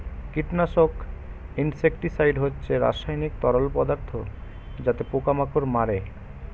কীটনাশক ইনসেক্টিসাইড হচ্ছে রাসায়নিক তরল পদার্থ যাতে পোকা মাকড় মারে